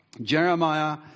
Jeremiah